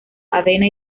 avena